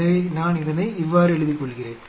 எனவே நான் இதனை இவ்வாறு எழுதிக்கொள்கிறேன்